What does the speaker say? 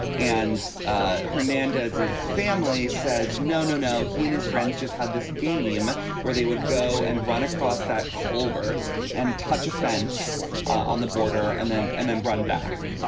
and hernandez, his family says, no, no, no. he and his friends just had this game where they would go and run across that culvert and touch a fence on the border and then and then run back.